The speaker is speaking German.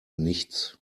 nichts